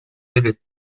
rêver